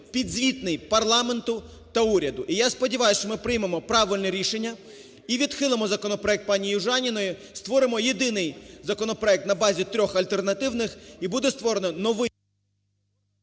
підзвітний парламенту та уряду. І я сподіваюсь, що ми приймемо правильне рішення і відхилимо законопроект пані Южаніної. Створимо єдиний законопроект на базі трьох альтернативних, і буде створено новий…